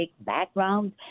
background